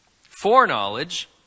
foreknowledge